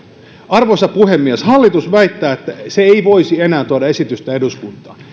arvoisa puhemies hallitus väittää että se ei voisi enää tuoda esitystä eduskuntaan